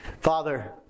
Father